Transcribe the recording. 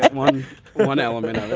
and one one element